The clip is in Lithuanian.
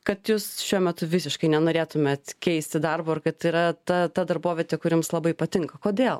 kad jūs šiuo metu visiškai nenorėtumėt keisti darbo ir kad yra ta ta darbovietė kuri jums labai patinka kodėl